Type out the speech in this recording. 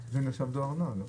אין דואר נע?